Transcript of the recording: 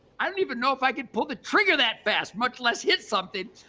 i don't even know if i could pull the trigger that fast much less hit something.